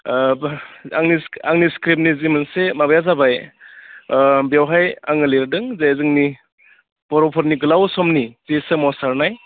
आंनि स्क्रिप्टनि जि मोनसे माबाया जाबाय बेवहाय आङो लिरदों जे जोंनि बर'फोरनि गोलाव समनि जि सोमावसारनाय